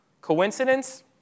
Coincidence